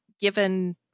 given